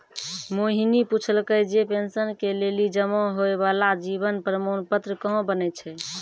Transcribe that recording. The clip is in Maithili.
मोहिनी पुछलकै जे पेंशन के लेली जमा होय बाला जीवन प्रमाण पत्र कहाँ बनै छै?